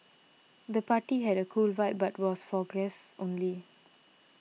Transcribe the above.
the party had a cool vibe but was for guests only